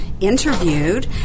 interviewed